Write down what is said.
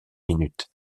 minutes